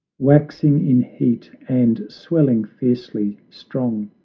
waxing in heat, and swelling fiercely strong,